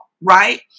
right